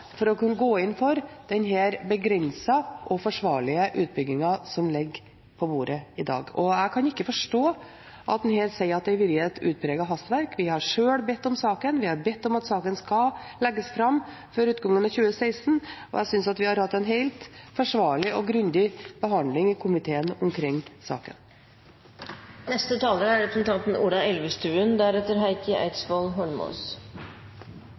forsvarlige utbyggingen som ligger på bordet i dag. Og jeg kan ikke forstå at en her sier at det har vært et utpreget hastverk. Vi har sjøl bedt om saken, vi har bedt om at saken skal legges fram før utgangen av 2016, og jeg synes at vi har hatt en helt forsvarlig og grundig behandling i komiteen omkring